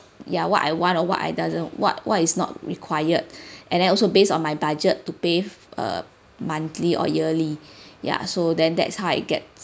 ya what I want or what I doesn't what what is not required and then also based on my budget to pay a monthly or yearly ya so then that's how I get